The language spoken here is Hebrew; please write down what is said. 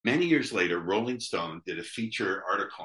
הרבה שנים לאחר, רולינג סטון עשה ארטיקון מיוחד.